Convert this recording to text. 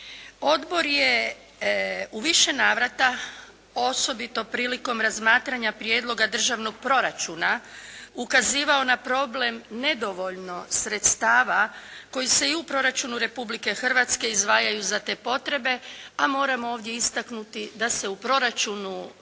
Odbor je u više navrata osobito prilikom razmatranja Prijedloga državnog proračuna ukazivao na problem nedovoljno sredstava koji se i u proračunu Republike Hrvatske izdvajaju za te potrebe, a moramo ovdje istaknuti da se u proračunu